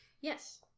Yes